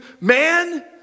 man